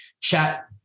chat